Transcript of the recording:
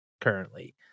currently